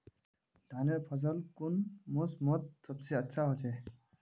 धानेर फसल कुन मोसमोत सबसे अच्छा होचे?